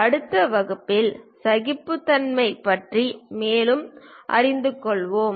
அடுத்த வகுப்பில் சகிப்புத்தன்மை பற்றி மேலும் அறிந்து கொள்வோம்